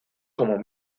como